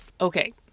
Okay